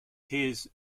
his